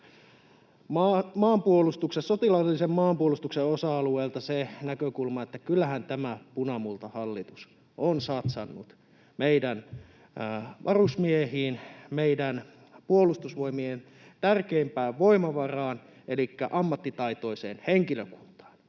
sotilaallisen maanpuolustuksen osa-alueelta se näkökulma, että kyllähän tämä punamultahallitus on satsannut meidän varusmiehiin, meidän Puolustusvoimien tärkeimpään voimavaraan elikkä ammattitaitoiseen henkilökuntaan